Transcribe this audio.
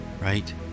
right